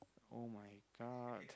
oh-my-god